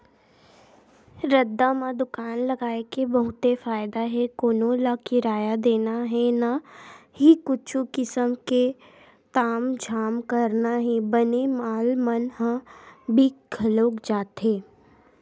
रद्दा म दुकान लगाय के बहुते फायदा हे कोनो ल किराया देना हे न ही कुछु किसम के तामझाम करना हे बने माल मन ह बिक घलोक जाथे